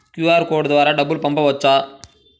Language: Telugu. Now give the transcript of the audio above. క్యూ.అర్ కోడ్ ద్వారా డబ్బులు పంపవచ్చా?